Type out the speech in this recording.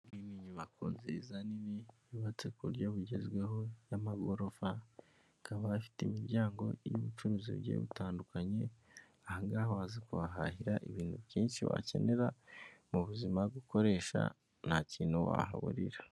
Iyi ni inyubako nziza nini yubatse ku buryo bugezweho y'amagorofa akaba afite imiryango y'ubucuruzi bugiye butandukanye wahaza kuhahira ibintu byinshi wakenera mu buzima ukoresha nta kintu wahaburira.